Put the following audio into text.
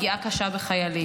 פגיעה קשה בחיילים.